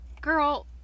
girl